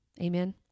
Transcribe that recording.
Amen